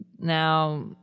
Now